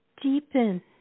deepen